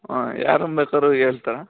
ಹ್ಞೂ ಯಾರನ್ನು ಬೇಕಾದ್ರು ಹೇಳ್ತಾರ